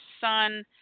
son